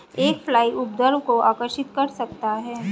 एक फ्लाई उपद्रव को आकर्षित कर सकता है?